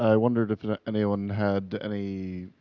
ah wondered if anyone had any